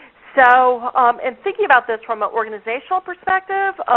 so in thinking about this from an organizational perspective,